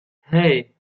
hey